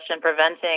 preventing